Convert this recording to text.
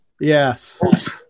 Yes